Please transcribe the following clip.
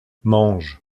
mange